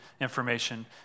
information